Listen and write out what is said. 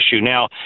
Now